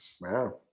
Wow